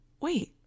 wait